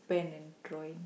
pen and draw it